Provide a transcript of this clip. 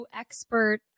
expert